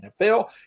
NFL